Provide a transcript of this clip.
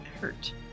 hurt